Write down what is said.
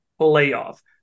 Layoff